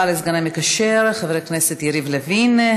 תודה רבה לשר המקשר חבר הכנסת יריב לוין.